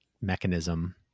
mechanism